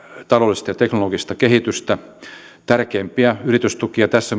taloudellista ja teknologista kehitystä tärkeimpiä yritystukia tässä